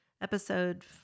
episode